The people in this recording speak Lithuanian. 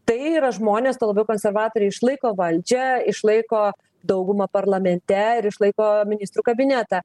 tai yra žmonės tuo labiau konservatoriai išlaiko valdžią išlaiko daugumą parlamente ir išlaiko ministrų kabinetą